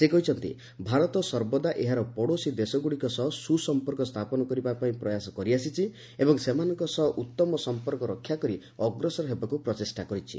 ସେ କହିଛନ୍ତି ଭାରତ ସର୍ବଦା ଏହାର ପଡୋଶୀ ଦେଶଗୁଡ଼ିକ ସହ ସୁ ସମ୍ପର୍କ ସ୍ଥାପନ କରିବା ପାଇଁ ପ୍ରୟାସ କରିଆସିଛି ଏବଂ ସେମାନଙ୍କ ସହ ଉତ୍ତମ ସମ୍ପର୍କ ରକ୍ଷାକରି ଅଗ୍ରସର ହେବାକୁ ପ୍ରଚେଷ୍ଟା କରିଛି